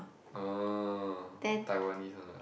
orh Taiwanese one ah